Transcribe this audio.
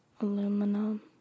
Aluminum